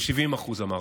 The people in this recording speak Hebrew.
ב-70%, אמרתם.